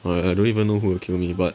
!wah! I don't even know who will kill me but